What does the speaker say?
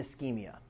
ischemia